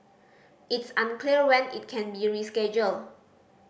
it's unclear when it can be rescheduled